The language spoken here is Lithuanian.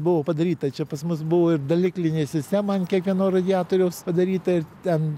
buvo padaryta čia pas mus buvo ir daliklinė sistema ant kiekvieno radiatoriaus padaryta ir ten